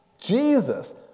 Jesus